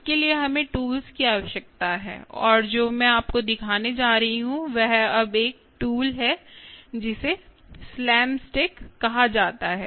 इसके लिए हमें टूल्स की आवश्यकता है और जो मैं आपको दिखाने जा रही हूं वह अब एक टूल है जिसे स्लैमस्टिक कहा जाता है